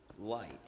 Light